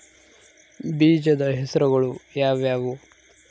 ಬೇಜದ ಹೆಸರುಗಳು ಯಾವ್ಯಾವು?